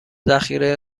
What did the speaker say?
ذخیره